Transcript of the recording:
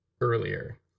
earlier